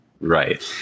Right